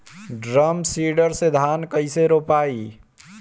Drum seeder से धान कैसे रोपाई?